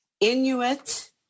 Inuit